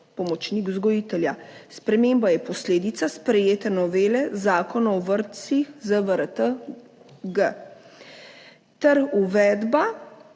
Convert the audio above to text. pomočnik vzgojitelja. Sprememba je posledica sprejete novele Zakona o vrtcih ZVRT-G ter uvedba